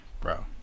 Bro